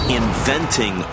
inventing